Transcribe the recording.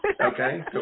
Okay